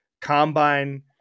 combine